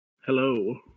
Hello